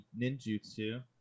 ninjutsu